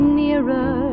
nearer